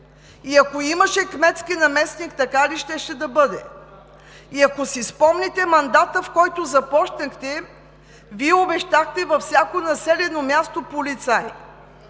Ако имаше кметски наместник, така ли щеше да бъде? Ако си спомняте мандата, в който започнахте, Вие обещахте във всяко населено място – полицай.